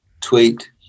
tweet